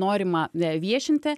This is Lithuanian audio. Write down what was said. norima viešinti